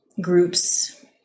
groups